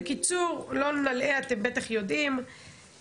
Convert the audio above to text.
בקיצור לא נלאה אתם בטח יודעים,